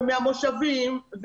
מהמושבים,